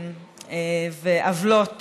ועוולות